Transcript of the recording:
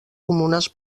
comunes